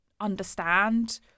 understand